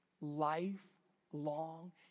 Lifelong